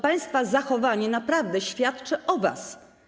Państwa zachowanie naprawdę świadczy o was.